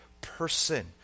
person